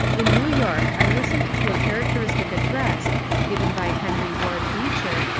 in new york i listened to a characteristic address given by henry ward beecher,